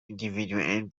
individuellen